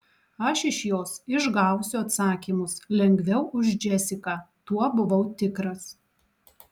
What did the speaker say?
aš iš jos išgausiu atsakymus lengviau už džesiką tuo buvau tikras